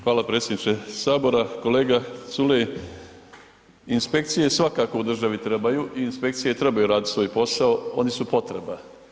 Hvala predsjedniče Sabora, kolega Culej, inspekcije svakako u državi trebaju i inspekcije trebaju raditi svoj posao, oni su potreba.